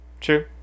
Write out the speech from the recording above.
true